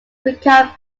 becomes